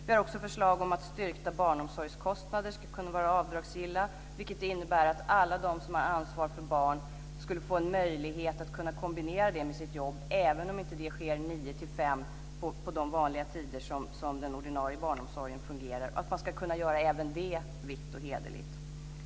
Vi har också förslag om att styrkta barnomsorgskostnader ska kunna vara avdragsgilla, vilket innebär att alla de som har ansvar för barn skulle få en möjlighet att kombinera det med sitt jobb även det inte sker 9.00-17.00, på de vanliga tider som den ordinarie barnomsorgen fungerar. Man ska kunna göra även det vitt och hederligt.